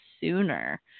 sooner